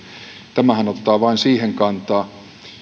tämähän ottaa vain siihen kantaa